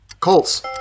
Colts